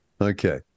Okay